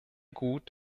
gut